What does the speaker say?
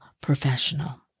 professional